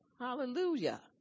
Hallelujah